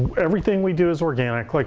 everything we do is organic. like